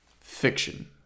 Fiction